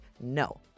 no